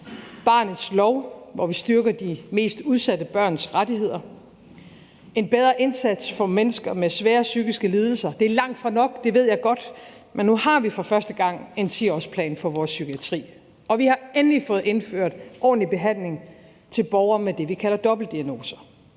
barnets lov, hvor vi styrker de mest udsatte børns rettigheder; en bedre indsats for mennesker med svære psykiske lidelser – det er langtfra nok, det ved jeg godt, men nu har vi for første gang en 10-årsplan for vores psykiatri; vi har endelig fået indført ordentlig behandling til borgere med det, vi kalder dobbeltdiagnoser;